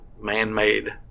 man-made